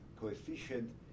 coefficient